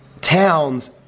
towns